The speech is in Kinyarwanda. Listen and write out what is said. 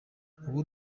ubu